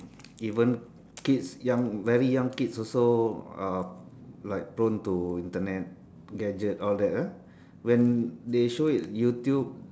even kids young very young kids also uh like prone to Internet gadgets all that ah when they show it YouTube